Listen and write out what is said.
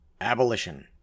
Abolition